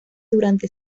durante